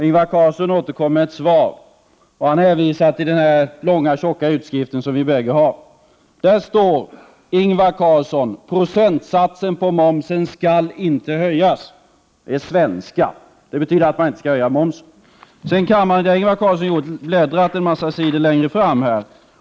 Ingvar Carlsson äterkom med ett svar och hänvisade till den här långa, tjocka utskriften som vi bägge har. Där står, Ingvar Carlsson: ”Procentsatsen på momsen skall inte höjas.” Det är svenska, och det betyder att man inte skall höja momsen. Sedan kan man, som Ingvar Carlsson har gjort, bläddra en massa sidor längre fram.